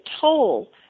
toll